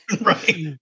right